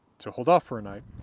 to hold off for a night,